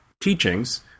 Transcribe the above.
teachings